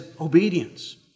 obedience